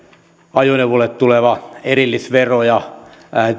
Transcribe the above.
ajoneuvoille erillisvero ja